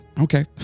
Okay